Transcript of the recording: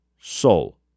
soul